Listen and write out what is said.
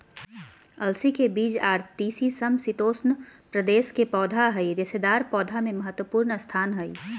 अलसी के बीज आर तीसी समशितोष्ण प्रदेश के पौधा हई रेशेदार पौधा मे महत्वपूर्ण स्थान हई